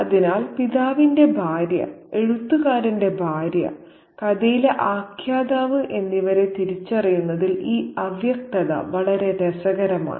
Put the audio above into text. അതിനാൽ പിതാവിന്റെ ഭാര്യ എഴുത്തുകാരന്റെ ഭാര്യ കഥയിലെ ആഖ്യാതാവ് എന്നിവരെ തിരിച്ചറിയുന്നതിൽ ഈ അവ്യക്തത വളരെ രസകരമാണ്